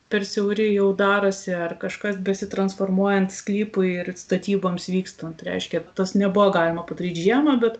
per siauri jau darosi ar kažkas besitransformuojant sklypui ir statyboms vykstant reiškia tas nebuvo galima padaryti žiemą bet